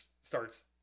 starts